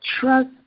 trust